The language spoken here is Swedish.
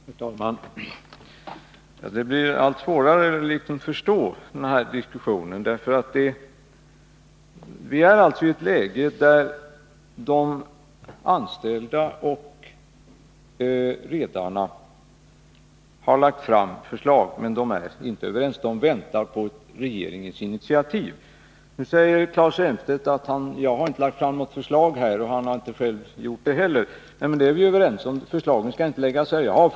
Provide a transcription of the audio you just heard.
Herr talman! Det blir allt svårare att förstå diskussionen. Läget är ju det att de anställda och redarna har lagt fram förslag. Men de är inte överens. De väntar på ett initiativ från regeringen. Nu säger Claes Elmstedt att jag inte harlagt fram något förslag här — inte heller han har gjort det. Nej, men vi är ju överens om att förslagen inte skall läggas fram här. Ändå har jag förslag.